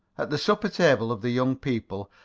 at the supper-table of the young people,